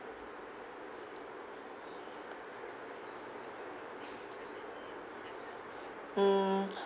mm